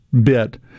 bit